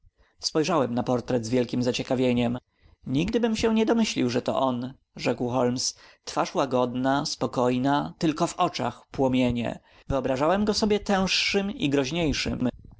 spojrzałem na portret z wielkiem zaciekawieniem nigdybym się nie domyślił że to on rzekł holmes twarz łagodna spokojna tylko w oczach płomienie wyobrażałem go sobie tęższym i groźniejszym